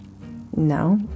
No